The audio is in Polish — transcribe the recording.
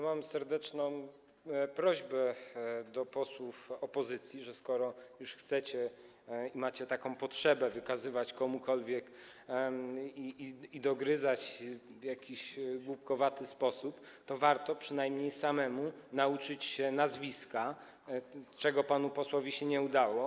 Mam serdeczną prośbę do posłów opozycji: skoro już chcecie i macie taką potrzebę komukolwiek coś wykazywać i dogryzać w jakiś głupkowaty sposób, to warto przynajmniej samemu nauczyć się nazwiska, co panu posłowi się nie udało.